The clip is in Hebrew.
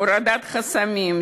הורדת חסמים,